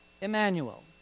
Emmanuel